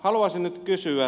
haluaisin nyt kysyä